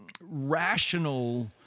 rational